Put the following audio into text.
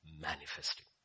manifesting